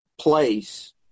place